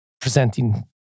presenting